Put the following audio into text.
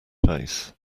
face